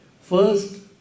First